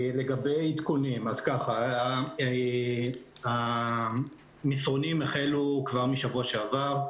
עדכונים המסרונים החלו כבר משבוע שעבר.